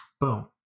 boom